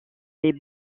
les